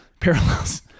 Parallels